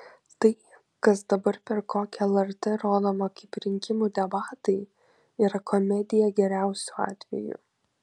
tai kas dabar per kokią lrt rodoma kaip rinkimų debatai yra komedija geriausiu atveju